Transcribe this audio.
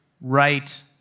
right